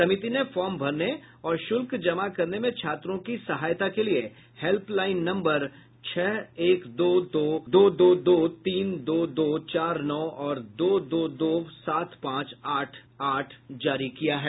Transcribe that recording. समिति ने फॉर्म भरने और शुल्क जमा करने में छात्रों की सहायता के लिए हेल्पलाईन नम्बर छह एक दो दो दो तीन दो दो चार नौ और दो दो दो सात पांच आठ आठ जारी किया है